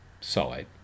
side